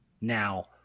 Now